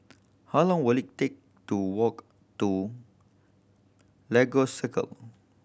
how long will it take to walk to Lagos Circle